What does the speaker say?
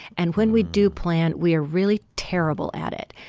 and when we do plan we are really terrible at it.